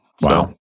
Wow